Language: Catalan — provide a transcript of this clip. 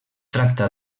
tracta